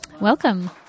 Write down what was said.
Welcome